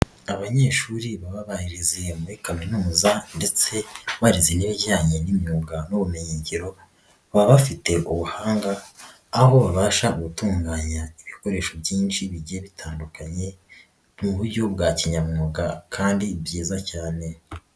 Abanyeshuri baba barize muri kaminuza ndetse barize n'ibijyanye n'imyuga n'ubumenyingiro baba bafite ubuhanga aho babasha gutunganya ibikoresho byinshi bigiye bitandukanye mu buryo bwa kinyamwuga kandi byiza cyane.